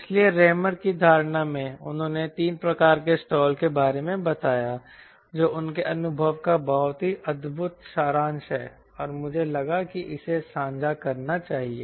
इसलिए रेमर की धारणा में उन्होंने 3 प्रकार के स्टाल के बारे में बताया जो उनके अनुभव का बहुत ही अद्भुत सारांश है और मुझे लगा कि इसे साझा करना होगा